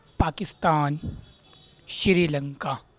Pakistan Sri Lanka